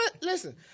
Listen